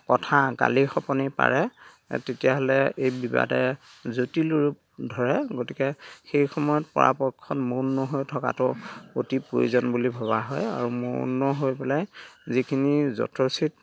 কথা গালি শপনি পাৰে তেতিয়া হ'লে এই বিবাদে জটিল ৰূপ ধৰে গতিকে সেই সময়ত পৰাপক্ষত মৌন হৈ থকাটো অতি প্ৰয়োজন বুলি ভবা হয় আৰু মৌন হৈ পেলাই যিখিনি যথোচিত